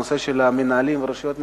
הנושא של המנהלים ורשויות מקומיות,